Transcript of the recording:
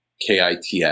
KITS